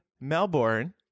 Melbourne